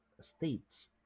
states